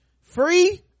free